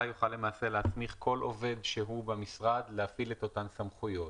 יוכל להסמיך כל עובד במשרד להפעיל את אותן סמכויות.